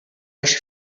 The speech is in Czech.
lež